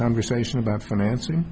conversation about financing